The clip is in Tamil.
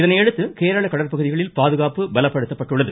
இதனையடுத்து கேரள கடல்பகுதிகளில் பாதுகாப்பு பலப்படுத்தப்பட்டுள்ளது